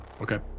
Okay